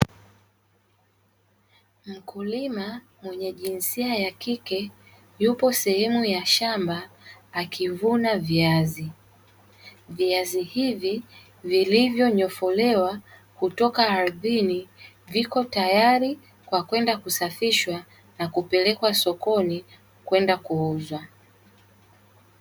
Mkulima mwenye jinsia ya kike yupo sehemu ya shamba akivuna viazi, viazi hivi vilivonyofolewa kutoka ardhini viko tayari kwa kwenda kusafishwa na kupelekwa sokoni kwenda kuuzwa.